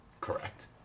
Correct